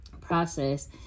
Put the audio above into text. process